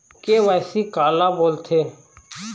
KYC काला बोलथें?